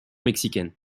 mexicaine